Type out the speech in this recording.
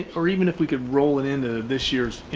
or even if we could roll it into this year's,